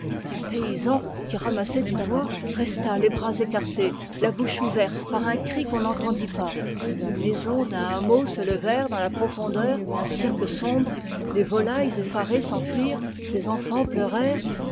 un paysan qui ramassait du bois resta les bras écartés la bouche ouverte par un cri qu'on n'entendit pas les maisons d'un hameau se levèrent dans la profondeur d'un cirque sombre des volailles effarées s'enfuirent des enfants pleurèrent